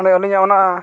ᱚᱸᱰᱮ ᱟᱹᱞᱤᱝᱟᱜ ᱚᱱᱟ